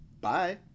bye